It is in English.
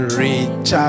reach